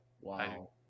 Wow